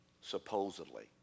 supposedly